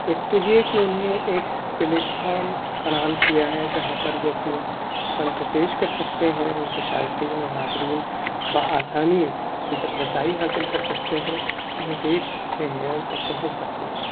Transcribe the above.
ایک تو یہ کہ انہیں ایک پلیٹ فارم فراہم کیا ہے جہاں پر وہ اپنے فن کو پیش کر سکتے ہیں ان کے شائقین و ناظرین بہ آسانی ان تک رسائی حاصل کرسکتے ہیں انہیں دیکھ سکتے ہیں ان تک پہنچ سکتے ہیں